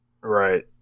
Right